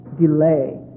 delay